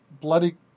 bloody